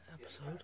episode